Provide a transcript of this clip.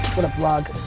what up vlog?